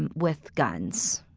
and with guns.